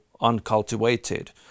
uncultivated